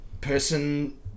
person